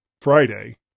Friday